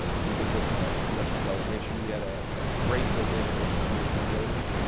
to visit the congressional delegation. we had a great visit with congressman yoder.